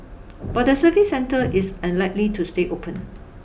but the service centre is unlikely to stay open